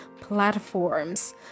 platforms